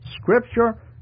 scripture